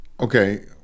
Okay